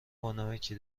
بانمکی